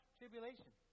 tribulation